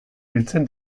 biltzen